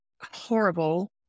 horrible